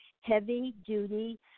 heavy-duty